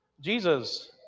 Jesus